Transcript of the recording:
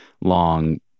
long